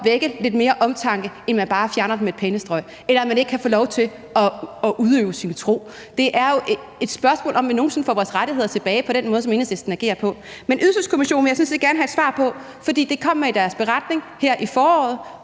vække lidt mere omtanke, end at man bare fjerner den med et pennestrøg, eller at man ikke kan få lov til at udøve sin tro. Det er jo et spørgsmål, om vi nogen sinde får vores rettigheder tilbage med den måde, som Enhedslisten agerer på. Men spørgsmålet om Ydelseskommissionen vil jeg sådan set gerne have et svar på. For de kom med deres beretning her i foråret,